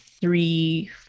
three